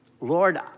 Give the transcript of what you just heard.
Lord